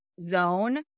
zone